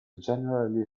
generally